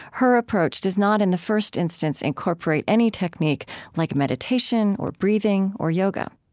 her approach does not in the first instance incorporate any technique like meditation or breathing or yoga